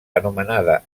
anomenada